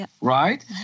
right